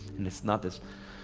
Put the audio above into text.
and it's not this.